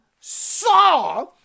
saw